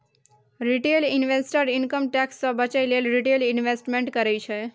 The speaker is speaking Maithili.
रिटेल इंवेस्टर इनकम टैक्स सँ बचय लेल रिटेल इंवेस्टमेंट करय छै